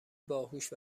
باهوش